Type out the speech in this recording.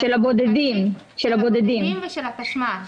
של הבודדים ושל התשמ"ש